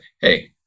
hey